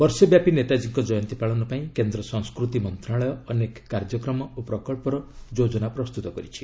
ବର୍ଷେ ବ୍ୟାପୀ ନେତାଜୀଙ୍କ ଜୟନ୍ତୀ ପାଳନ ପାଇଁ କେନ୍ଦ୍ର ସଂସ୍କୃତି ମନ୍ତ୍ରଣାଳୟ ଅନେକ କାର୍ଯ୍ୟକ୍ରମ ଓ ପ୍ରକଳ୍ପର ଯୋଜନା ପ୍ରସ୍ତୁତ କରିଛି